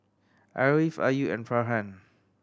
Ariff Ayu and Farhan